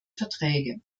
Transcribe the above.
verträge